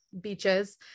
beaches